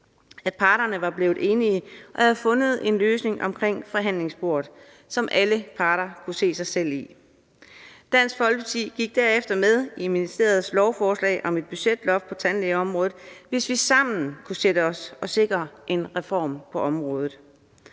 at parterne var blevet enige og havde fundet en løsning omkring forhandlingsbordet, som alle parter kunne se sig selv i. Dansk Folkeparti gik derefter med i ministeriets lovforslag om et budgetloft på tandlægeområdet, hvis vi sammen kunne sikre en reform på området,